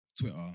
Twitter